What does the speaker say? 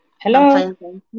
Hello